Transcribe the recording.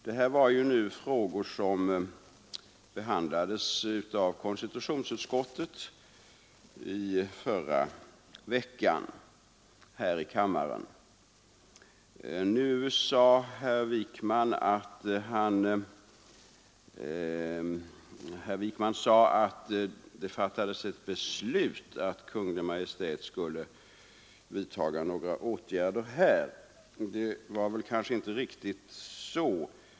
De här frågorna har behandlats av konstitutionsutskottet och avgjordes förra veckan här i kammaren. Herr Wijkman sade att det fattades ett beslut att Kungl. Maj:t skulle vidtaga åtgärder. Det var kanske inte riktigt så.